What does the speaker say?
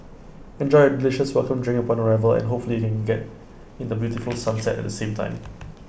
enjoy A delicious welcome drink upon arrival and hopefully you can get in the beautiful sunset at the same time